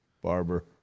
barber